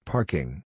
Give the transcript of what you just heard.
Parking